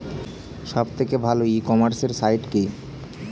সব থেকে ভালো ই কমার্সে সাইট কী?